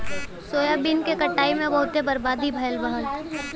soybean क कटाई में बहुते बर्बादी भयल रहल